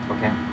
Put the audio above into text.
Okay